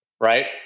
Right